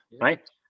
right